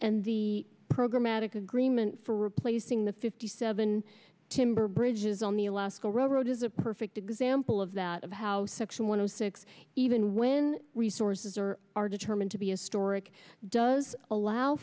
at agreement for replacing the fifty seven timber bridges on the alaska railroad is a perfect example of that of how section one of six even when resources are are determined to be a sturrock does allow